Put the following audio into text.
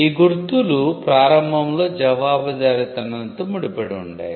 ఈ గుర్తులు ప్రారంభంలో జవాబుదారితనంతో ముడిపడిఉండేవి